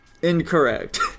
Incorrect